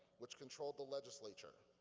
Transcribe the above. which controlled the legislature.